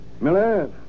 Miller